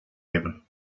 avon